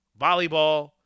volleyball